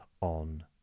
on